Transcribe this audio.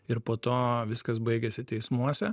ir po to viskas baigiasi teismuose